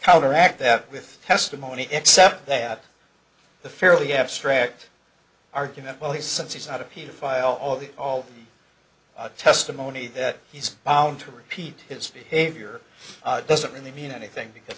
counteract that with testimony except that the fairly abstract argument well he's since he's not a paedophile all the all the testimony that he's bound to repeat his behavior doesn't really mean anything because